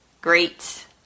Great